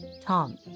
Tom